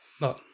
No